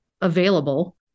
available